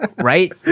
right